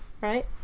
right